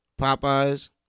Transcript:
Popeyes